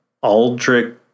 Aldrich